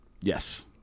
Yes